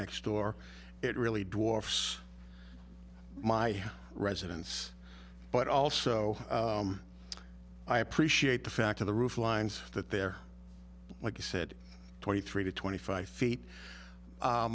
next door it really did wharfs my residence but also i appreciate the fact of the roof lines that they're like he said twenty three to twenty five feet